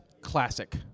classic